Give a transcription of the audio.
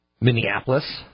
Minneapolis